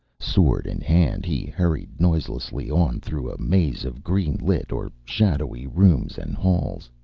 sword in hand, he hurried noiselessly on through a maze of green-lit or shadowy rooms and halls.